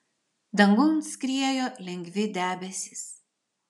dangum skriejo lengvi debesys